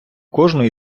кожну